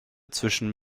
zwischen